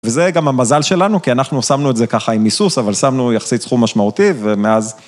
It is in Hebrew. וזה גם המזל שלנו, כי אנחנו שמנו את זה ככה עם היסוס, אבל שמנו יחסי סכום משמעותי, ומאז...